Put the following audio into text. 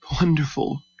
wonderful